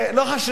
לא חשוב,